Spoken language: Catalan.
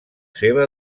seva